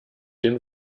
den